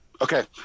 Okay